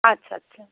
আচ্ছা আচ্ছা